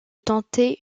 tenter